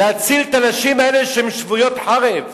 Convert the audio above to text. להציל את הנשים האלה, שהן שבויות חרב.